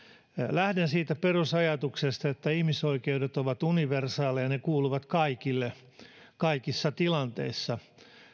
lähden siitä perusajatuksesta että ihmisoikeudet ovat universaaleja ja ne kuuluvat kaikille kaikissa tilanteissa